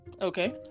Okay